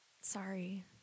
sorry